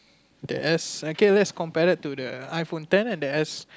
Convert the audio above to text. there's okay let's compare that to the I phone ten and the S